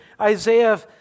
Isaiah